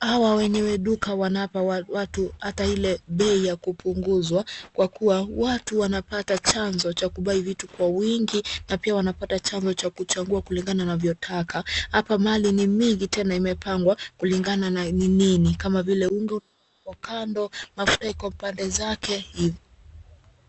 hawa wenyewe duka wanapa watu hata ile bei ya kupunguzwa kwa kuwa watu wanapata chanzo cha kubuy vitu kwa wingi na pia wanapata chanzo cha kuchagua kulingana wanavyotaka. Hapa mali ni mingi tena imepangwa kulingana na ni nini kama vile unga uko kando, mafuta iko pande zake hivo.